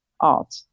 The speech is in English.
art